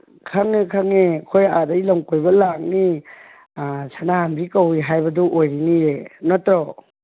ꯈꯪꯉꯦ ꯈꯪꯉꯦ ꯑꯩꯈꯣꯏ ꯑꯥꯗꯩ ꯂꯝꯀꯣꯏꯕ ꯂꯥꯛꯅꯤ ꯁꯅꯥꯝꯕꯤ ꯀꯧꯋꯤ ꯍꯥꯏꯕꯗꯨ ꯑꯣꯏꯔꯤꯅꯤꯌꯦ ꯅꯠꯇ꯭ꯔꯣ